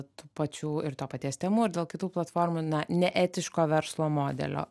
tų pačių ir to paties temu ir dėl kitų platformų na neetiško verslo modelio